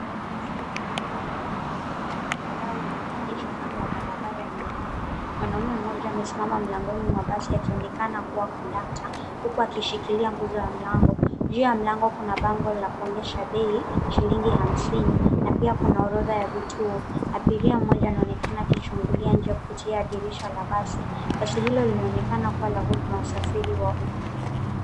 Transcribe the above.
Basi la abiria la rangi ya zambarau limeegeshwa kando ya barabara yenye lami. Mwanaume mmoja amesimama mlangoni mwa basi akionekana kuwa kondakta huku akishikilia nguzo ya mlango. Juu ya mlango kuna bango la kuonyesha bei shilingi hamsini na pia kuna orodha ya vituo. Abiria mmoja anaonekana akichungulia njia kupitia dirisha la basi. Basi hilo linaonekana kuwa la huduma yab usafiri wa umma.